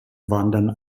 wandern